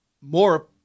more